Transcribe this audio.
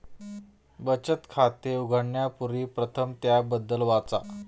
बचत खाते उघडण्यापूर्वी प्रथम त्याबद्दल वाचा